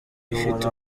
ifite